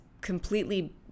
completely